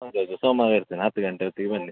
ಹೌದೌದು ಸೋಮವಾರ ಇರ್ತೇನೆ ಹತ್ತು ಗಂಟೆ ಹೊತ್ತಿಗೆ ಬನ್ನಿ